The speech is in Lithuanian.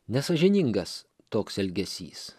nesąžiningas toks elgesys